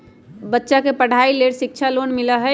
बच्चा के पढ़ाई के लेर शिक्षा लोन मिलहई?